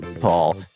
Paul